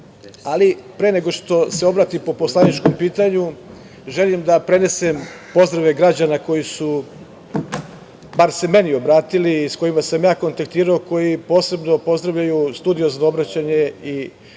ali pre nego što se obratim po poslaničkom pitanju, želim da prenesem pozdrava građana koji su, bar se meni obratili i sa kojima sam ja kontaktirao, koji posebno pozdravljaju studiozno obraćanje i